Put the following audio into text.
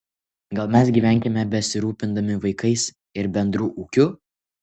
gal mes gyvenkime besirūpindami vaikais ir bendru ūkiu